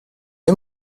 est